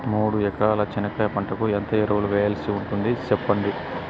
మూడు ఎకరాల చెనక్కాయ పంటకు ఎంత ఎరువులు వేయాల్సి ఉంటుంది సెప్పండి?